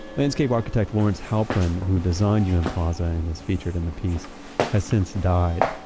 landscape architect lawrence halprin who designed un plaza and is featured in the piece has since died.